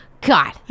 God